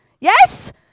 yes